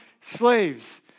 slaves